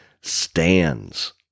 stands